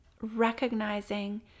recognizing